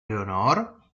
leonor